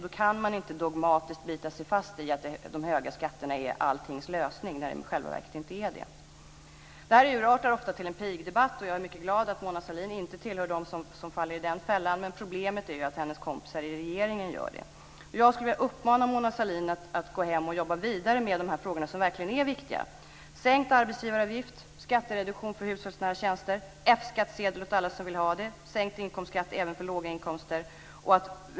Då går det inte att dogmatiskt bita sig fast i att de höga skatterna är alltings lösning när de i själva verket inte är det. Detta urartar ofta till en pigdebatt. Jag är mycket glad att Mona Sahlin inte tillhör dem som faller i den fällan. Problemet är att hennes kompisar i regeringen gör det. Jag skulle vilja uppmana Mona Sahlin att gå hem och jobba vidare med de frågor som verkligen är viktiga. Sänkt arbetsgivaravgift. Skattereduktion för hushållsnära tjänster. F skattsedel åt alla som vill ha det. Sänkt inkomstskatt även för låga inkomster.